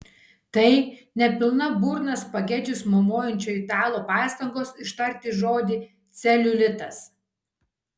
tai ne pilna burna spagečius maumojančio italo pastangos ištarti žodį celiulitas